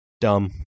Dumb